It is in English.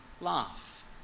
laugh